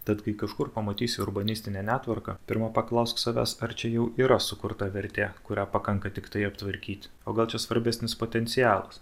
tad kai kažkur pamatysi urbanistinę netvarką pirma paklausk savęs ar čia jau yra sukurta vertė kurią pakanka tiktai aptvarkyti o gal čia svarbesnis potencialas